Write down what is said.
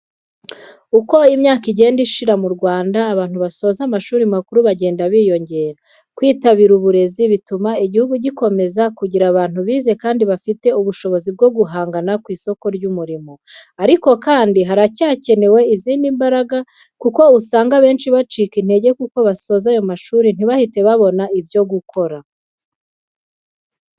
Uko imyaka igenda ishira mu Rwanda, abantu basoza amashuri makuru bagenda biyongera. Kwitabira uburezi bituma igihugu gikomeza kugira abantu bize kandi bafite ubushobozi bwo guhangana ku isoko ry'umurimo. Ariko kandi, haracyakenewe izindi mbaraga kuko usanga abenshi bacika intege kuko basoza ayo mashuri ntibahite babona ibyo gukora.